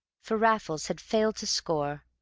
for raffles had failed to score,